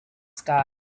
sky